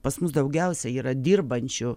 pas mus daugiausiai yra dirbančių